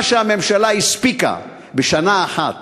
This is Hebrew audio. מה שהממשלה הספיקה בשנה אחת,